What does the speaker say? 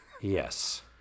Yes